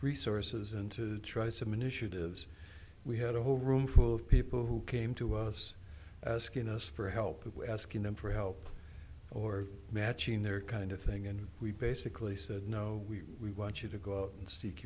resources and to try some initiatives we had a whole roomful of people who came to us skinned us for help with asking them for help or matching their kind of thing and we basically said no we want you to go out and s